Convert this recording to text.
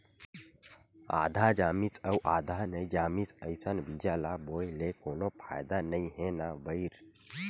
आधा जामिस अउ आधा नइ जामिस अइसन बीजा ल बोए ले कोनो फायदा नइ हे न भईर